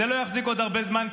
זה לא יחזיק עוד הרבה זמן,